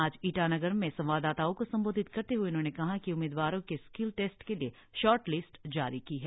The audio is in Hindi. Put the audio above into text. आज ईटानगर में संवाददाताओं को संबोधित करते हए उन्होंने कहा कि उम्मीदवारों के स्किल टेस्ट के लिए शॉर्टलिस्ट जारी की है